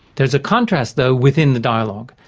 there's a contrast, though, within the dialogue,